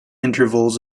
intervals